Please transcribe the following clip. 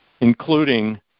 including